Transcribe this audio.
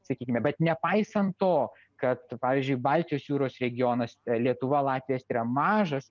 sakykime bet nepaisant to kad pavyzdžiui baltijos jūros regionas lietuva latvija jis yra mažas